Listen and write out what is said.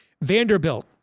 Vanderbilt